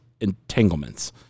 entanglements